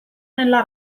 nella